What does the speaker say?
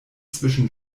zwischen